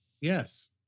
Yes